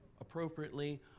appropriately